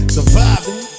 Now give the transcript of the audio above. Surviving